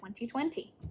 2020